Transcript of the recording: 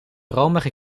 romige